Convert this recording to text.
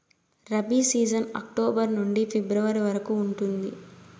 rabi season October నుండి ఫిబ్రవరి వరకు ఉంటుంది